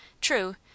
True